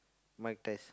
mic test